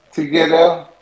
together